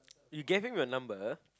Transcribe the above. you gave him your number